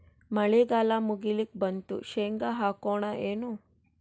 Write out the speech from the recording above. ಮಳಿಗಾಲ ಮುಗಿಲಿಕ್ ಬಂತು, ಶೇಂಗಾ ಹಾಕೋಣ ಏನು?